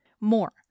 more